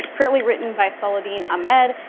currently written by saladin ahmed.